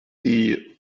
die